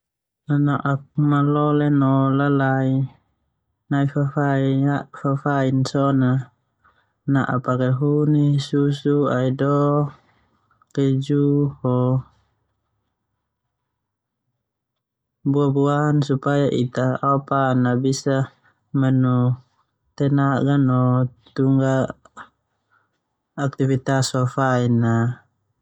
Nana'ak malole no lalai nai fafain nai fafain so na na'a pake huni, susu, aido, keju ho, buah-buahan supaya ita ao pan na bisa manu tenaga ho tunga aktivitas fafain na.